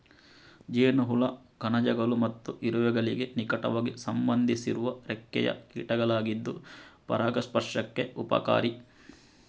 ಜೇನುಹುಳ ಕಣಜಗಳು ಮತ್ತು ಇರುವೆಗಳಿಗೆ ನಿಕಟವಾಗಿ ಸಂಬಂಧಿಸಿರುವ ರೆಕ್ಕೆಯ ಕೀಟಗಳಾಗಿದ್ದು ಪರಾಗಸ್ಪರ್ಶಕ್ಕೆ ಉಪಕಾರಿ